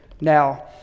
now